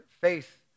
faith